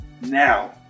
Now